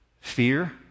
fear